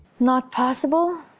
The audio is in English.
not possible,